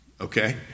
Okay